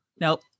nope